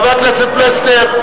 חבר הכנסת פלסנר,